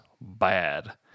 bad